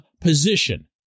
position